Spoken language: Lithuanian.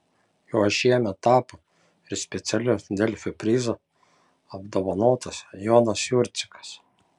juo šiemet tapo ir specialiu delfi prizu apdovanotas jonas jurcikas